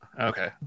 Okay